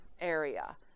area